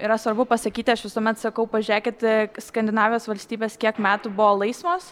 yra svarbu pasakyti aš visuomet sakau pažiūrėkit skandinavijos valstybės kiek metų buvo laisvos